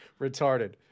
retarded